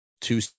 two